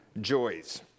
joys